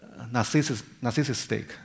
narcissistic